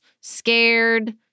scared